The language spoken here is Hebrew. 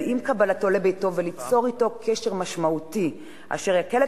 עם קבלתו לביתו וליצור אתו קשר משמעותי אשר יקל את